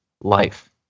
life